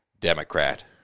Democrat